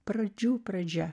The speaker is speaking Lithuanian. pradžių pradžia